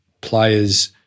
players